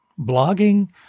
blogging